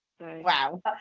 Wow